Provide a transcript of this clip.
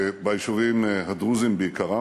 ביישובים הדרוזיים בעיקר.